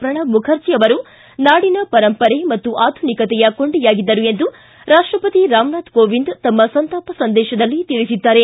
ಶ್ರಣಬ್ ಮುಖರ್ಜಿ ಅವರು ನಾಡಿನ ಪರಂಪರೆ ಮತ್ತು ಆಧುನಿಕತೆಯ ಕೊಂಡಿಯಾಗಿದ್ದರು ಎಂದು ಎಂದು ರಾಷ್ಟಪತಿ ರಾಮನಾಥ್ ಕೋವಿಂದ್ ತಮ್ಮ ಸಂತಾಪ ಸಂದೇಶದಲ್ಲಿ ತಿಳಿಸಿದ್ದಾರೆ